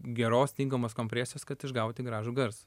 geros tinkamos kompresijos kad išgauti gražų garsą